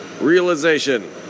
Realization